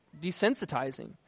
desensitizing